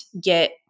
get